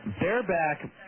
Bareback